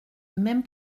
même